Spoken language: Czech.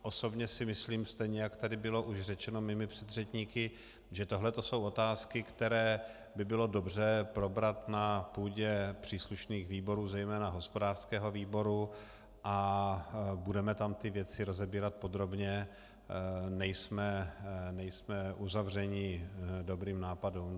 Osobně si myslím, stejně jak tady bylo řečeno už mými předřečníky, že tohle to jsou otázky, které by bylo dobře probrat na půdě příslušných výborů, zejména hospodářského výboru, a budeme tam ty věci rozebírat podrobně, nejsme uzavřeni dobrým nápadům.